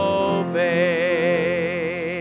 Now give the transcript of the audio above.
obey